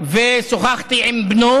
ושוחחתי עם בנו,